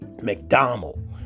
McDonald